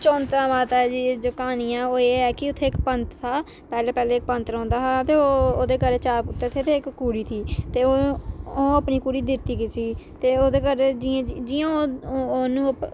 चौंतरा माता दी जे क्हानी ऐ ओह् एह् ऐ कि उत्थें इक पंत था पैह्ले पैह्ले पंत रौंहदा हा ते ओह् ओह्दे घर चार पुत्र थे ते इक कुड़ी थी ते ओह् अपनी कुड़ी दित्ती किसी ते ओह्दे घर जियां जियां ओह् ओनू